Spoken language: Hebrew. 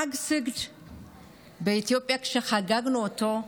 חג הסיגד באתיופיה, כשחגגנו אותו,